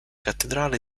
cattedrale